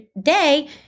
day